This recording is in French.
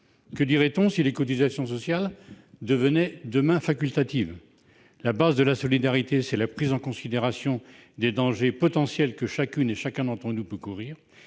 obligatoires, si les cotisations sociales devenaient facultatives ? La base de la solidarité, c'est la prise en considération des dangers potentiels que chacune et chacun d'entre nous peut courir.